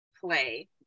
play